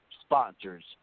sponsors